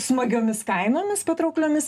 smagiomis kainomis patraukliomis